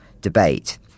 debate